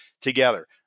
together